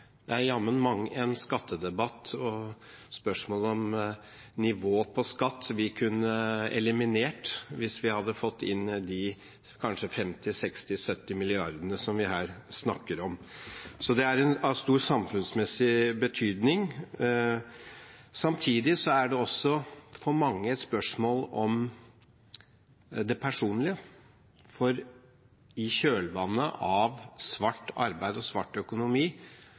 år. Det er mang en skattedebatt og spørsmål om nivå på skatt vi kunne eliminert hvis vi hadde fått inn de kanskje 50–60–70 milliardene som vi her snakker om, så det er av stor samfunnsmessig betydning. Samtidig er det for mange et spørsmål om det personlige, for i kjølvannet av svart arbeid og svart økonomi